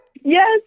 Yes